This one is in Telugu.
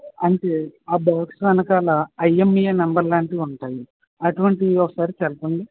అంటే ఆ బాక్స్ వెనుకాల ఐఎంఈఐ నంబర్ లాంటివి ఉంటాయి అటువంటివి ఒకసారి తెలుపండి